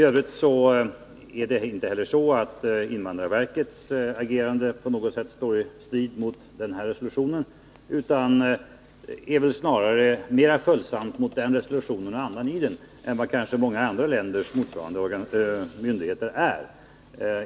Det är inte heller så att invandrarverkets agerande på något sätt står i strid mot den här resolutionen. Invandrarverket är snarare mera följsamt mot resolutionen och andan i den än vad kanske många andra länders motsvarande myndigheter är.